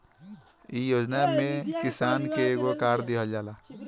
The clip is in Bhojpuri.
इ योजना में किसान के एगो कार्ड दिहल जाला